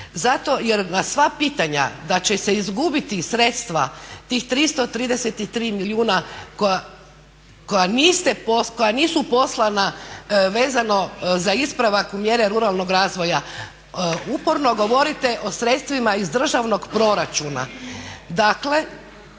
zato jer na sva pitanja da će se izgubiti sredstva tih 333 milijuna koja nisu poslana vezano za ispravak mjere ruralnog razvoja uporno govorite o sredstvima iz državnog proračuna.